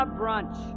brunch